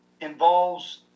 involves